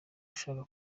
ushaka